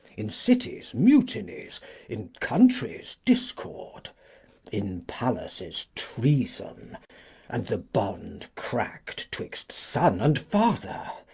in cities, mutinies in countries, discord in palaces, treason and the bond crack'd twixt son and father.